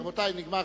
רבותי, נגמר.